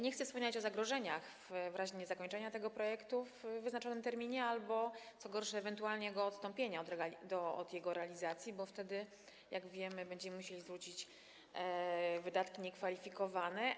Nie chcę wspominać o zagrożeniach w razie niezakończenia realizacji tego projektu w wyznaczonym terminie albo, co gorsze, ewentualnie odstąpienia od jego realizacji, bo wtedy, jak wiemy, będziemy musieli zwrócić wydatki niekwalifikowane.